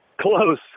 Close